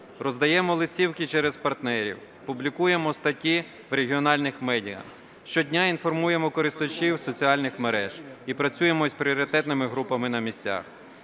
роздаємо листівки через партнерів, публікуємо статті в регіональних медіа, щодня інформуємо користувачів соціальних мереж і працюємо з пріоритетними групами на місцях.